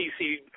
PC